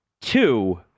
Two